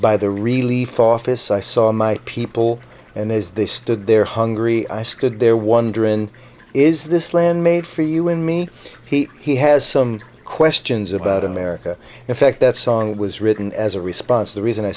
by the relief office i saw my people and as they stood there hungry i stood there wondering is this land made for you and me he he has some questions about america in fact that song was written as a response the reason i